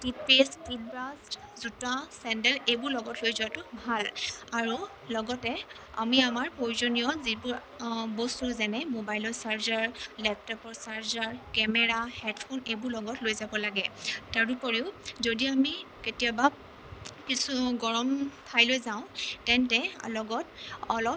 toothpaste toothbrush জোতা sandal এইবোৰ লগত লৈ যোৱাতো ভাল আৰু লগতে আমি আমাৰ প্ৰয়োজনীয় যিবোৰ বস্তু যেনে মোবাইলৰ চাৰ্জাৰ লেপটপৰ চাৰ্জাৰ কেমেৰা হেডফোন এইবোৰ লগত লৈ যাব লাগে তাৰোপৰিও যদি আমি কেতিয়াবা কিছু গৰম ঠাইলৈ যাওঁ তেন্তে লগত অলপ